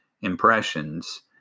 impressions